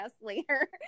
later